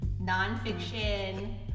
nonfiction